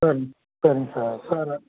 சரி சரிங்க sir sir ஆ